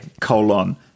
colon